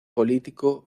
político